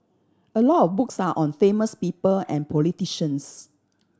a lot of books are on famous people and politicians